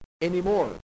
anymore